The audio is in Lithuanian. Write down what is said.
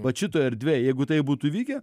vat šitoj erdvėj jeigu tai būtų vykę